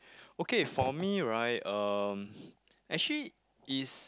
okay for me right um actually is